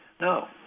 No